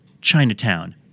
Chinatown